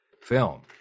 film